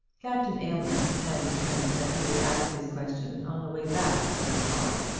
captain aylmer had determined that he would ask his question on the way back from the farm,